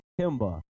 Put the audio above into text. Kimba